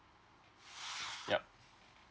yup